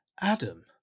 adam